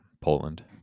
Poland